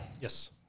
yes